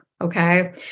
okay